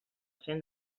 cent